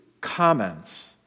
comments